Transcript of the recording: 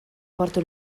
porto